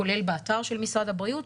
כולל באתר של משרד הבריאות,